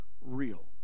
real